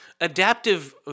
adaptive